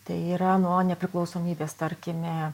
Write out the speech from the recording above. tai yra nuo nepriklausomybės tarkime